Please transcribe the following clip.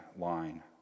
line